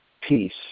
peace